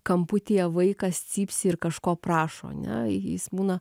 kamputyje vaikas cypsi ir kažko prašo ne jis būna